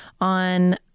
on